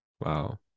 Wow